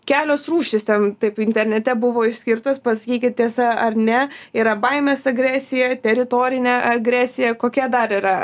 kelios rūšys ten taip internete buvo išskirtos pasakykit tiesa ar ne yra baimės agresija teritorinė agresija kokia dar yra